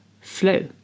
flow